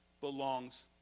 belongs